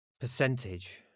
percentage